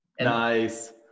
Nice